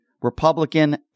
Republican